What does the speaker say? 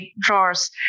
drawers